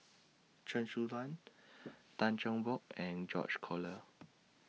Chen Su Lan Tan Cheng Bock and George Collyer